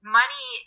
money